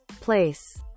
place